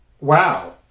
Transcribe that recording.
Wow